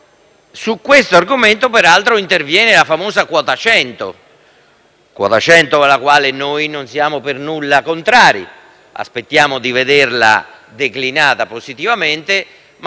Su questo argomento, peraltro, interviene la famosa quota 100, alla quale noi non siamo per nulla contrari. Aspettiamo di vederla declinata positivamente, ma